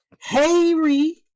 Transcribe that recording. Harry